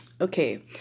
Okay